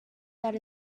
that